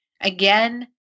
Again